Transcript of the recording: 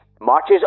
marches